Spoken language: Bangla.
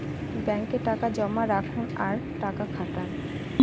ব্যাঙ্কে টাকা জমা রাখুন আর টাকা খাটান